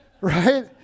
Right